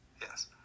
Yes